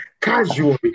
casually